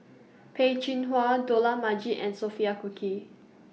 Peh Chin Hua Dollah Majid and Sophia Cooke